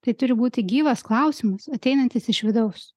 tai turi būti gyvas klausimas ateinantis iš vidaus